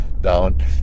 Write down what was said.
down